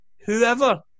whoever